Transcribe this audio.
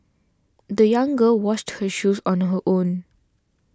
the young girl washed her shoes on her own